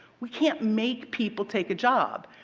we can't make people take a job.